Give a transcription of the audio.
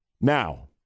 Now